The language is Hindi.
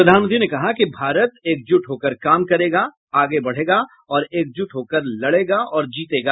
प्रधानमंत्री ने कहा कि भारत एकज़ूट होकर काम करेगा आगे बढ़ेगा और एकजुट होकर लड़ेगा और जीतेगा